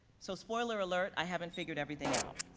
so spoiler alert, i haven't figured everything out.